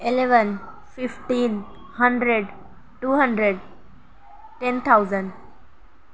eleven fifteen hundred two hundred ten thousand